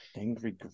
Angry